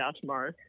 tomorrow